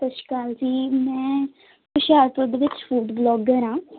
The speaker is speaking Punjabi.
ਸਤਿ ਸ਼੍ਰੀ ਅਕਾਲ ਜੀ ਮੈਂ ਹੁਸ਼ਿਆਰਪੁਰ ਦੇ ਵਿੱਚ ਫੂਡ ਵਲੋਗਰ ਹਾਂ